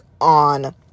on